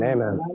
Amen